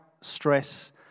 stress